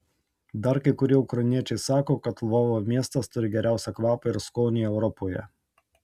dar kai kurie ukrainiečiai sako kad lvovo miestas turi geriausią kvapą ir skonį europoje